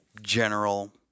general